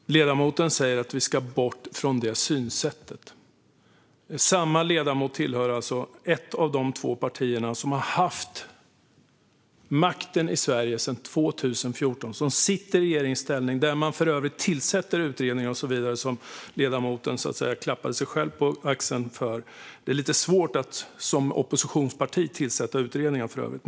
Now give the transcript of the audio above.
Herr ålderspresident! Ledamoten säger att vi ska bort från det synsättet. Samma ledamot tillhör alltså ett av de två partier som har haft makten i Sverige sedan 2014 och som sitter i regeringsställning, där man för övrigt tillsätter utredningar och så vidare - något som ledamoten klappade sig själv på axeln för. Det är lite svårt att tillsätta utredningar som oppositionsparti, för övrigt.